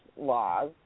laws